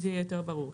זה יהיה יותר ברור.